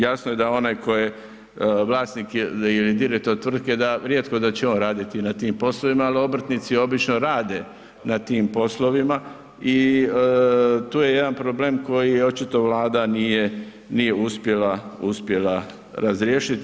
Jasno je da onaj tko je vlasnik ili direktor tvrtke da rijetko da će on raditi na tim poslovima, ali obrtnici obično rade na tim poslovima i tu je jedan problem koji očito Vlada nije, nije uspjela razriješiti.